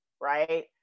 right